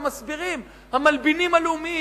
ומסבירים "המלבינים הלאומיים"